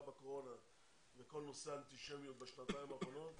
בקורונה וכל נושא האנטישמיות בשנתיים האחרונות,